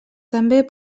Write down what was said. també